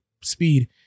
speed